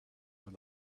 over